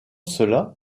cela